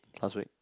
last week